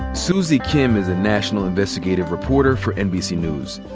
suzy khimm is a national investigative reporter for nbc news.